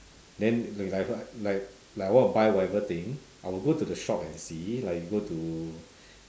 then like like like I want to buy whatever thing I will go the shop and see like you go to